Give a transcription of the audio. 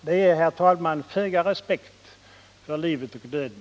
Det innebär, herr talman, föga respekt för livet och döden.